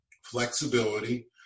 flexibility